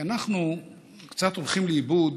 כי אנחנו קצת הולכים לאיבוד,